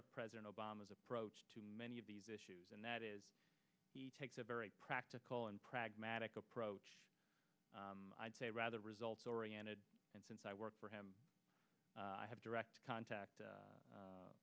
of president obama's approach to many of these issues and that is he takes a very practical and pragmatic approach i'd say rather results oriented and since i work for him i have direct contact